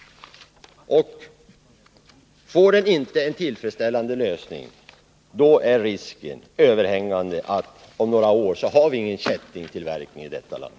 Blir det inte en tillfredsställande lösning är risken stor att vi om några år inte har någon kättingtillverkning i detta land.